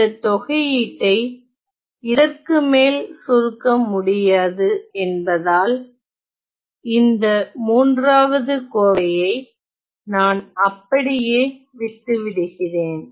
இந்த தொகையீட்டை இதற்குமேல் சுருக்க முடியாது என்பதால் இந்த மூன்றாவது கோவையை நான் அப்படியே விட்டு விடுகிறேன்